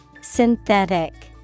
Synthetic